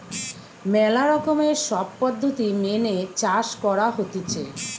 ম্যালা রকমের সব পদ্ধতি মেনে চাষ করা হতিছে